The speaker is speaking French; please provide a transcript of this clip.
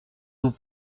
vous